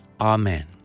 Amen